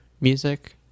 music